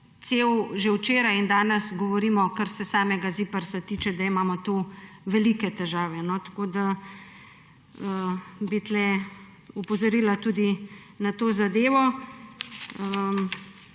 Že včeraj smo in danes govorimo, kar se samega ZIPRS tiče, da imamo tu velike težave. Tako da bi tu opozorila tudi na to zadevo.